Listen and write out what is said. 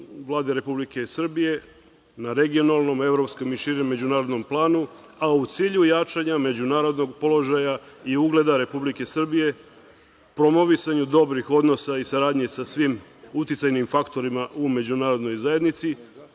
Vlade Republike Srbije na regionalnom, evropskom i širem međunarodnom planu, a u cilju jačanja međunarodnog položaja i ugleda Republike Srbije, promovisanju dobrih odnosa i saradnje sa svim uticajnim faktorima u međunarodnoj zajednici,